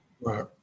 Right